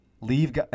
leave